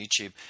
YouTube